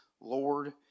Lord